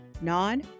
Non